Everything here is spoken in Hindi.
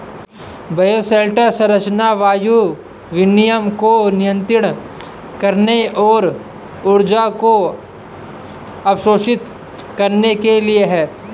बायोशेल्टर संरचना वायु विनिमय को नियंत्रित करने और ऊर्जा को अवशोषित करने के लिए है